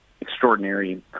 extraordinary